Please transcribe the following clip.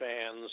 fans